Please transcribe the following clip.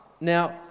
Now